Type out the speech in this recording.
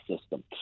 system